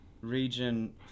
Region